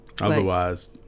Otherwise